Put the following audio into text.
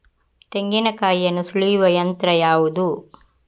ತೆಂಗಿನಕಾಯಿಯನ್ನು ಸುಲಿಯುವ ಯಂತ್ರ ಯಾವುದು?